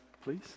please